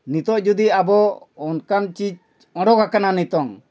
ᱱᱤᱛᱳᱜ ᱡᱩᱫᱤ ᱟᱵᱚ ᱚᱱᱠᱟᱱ ᱪᱤᱡᱽ ᱚᱰᱚᱠ ᱟᱠᱟᱱᱟ ᱱᱤᱛᱚᱝ